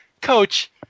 coach